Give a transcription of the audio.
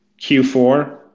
Q4